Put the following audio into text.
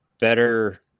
better